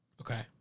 Okay